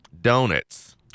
Donuts